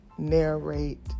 Narrate